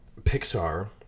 Pixar